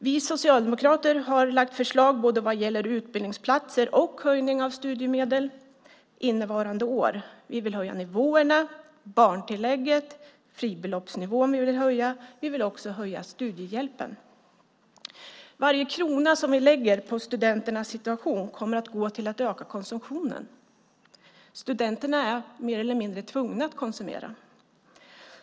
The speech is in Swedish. Vi socialdemokrater har lagt fram förslag vad gäller både utbildningsplatser och höjning av studiemedel innevarande år. Vi vill höja nivåerna och barntillägget. Vi vill höja fribeloppsnivån. Vi vill också höja studiehjälpen. Varje krona som vi lägger på studenternas situation kommer att gå till att öka konsumtionen. Studenterna är mer eller mindre tvungna att konsumera.